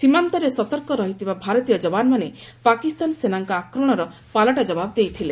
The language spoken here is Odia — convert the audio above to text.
ସୀମାନ୍ତରେ ସତର୍କ ରହିଥିବା ଭାରତୀୟ ଯବାନ୍ମାନେ ପାକିସ୍ତାନ ସେନାଙ୍କ ଆକ୍ରମଣର ପାଲଟା ଜବାବ ଦେଇଥିଲେ